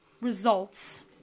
results